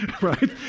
right